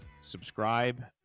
Subscribe